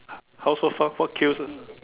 how so far what cues